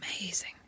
amazing